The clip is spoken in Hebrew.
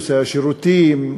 נושא השירותים,